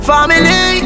Family